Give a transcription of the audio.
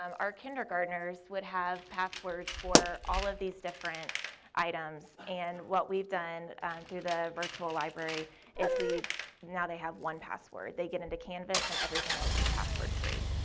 um our kindergartners would have passwords for all of these different items and what we've done through the virtual library is we've now they have one password. they get into canvas and everything else as password free.